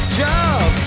job